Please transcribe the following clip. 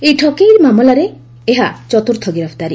ଏହି ଠକେଇ ମାମଲାରେ ଏହା ଚତ୍ରୁର୍ଥ ଗିରଫଦାରି